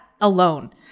alone